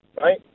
right